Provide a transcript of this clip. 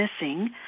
missing